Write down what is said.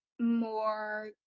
more